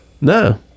No